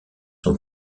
sont